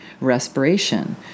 respiration